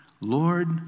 Lord